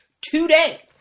today